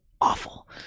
awful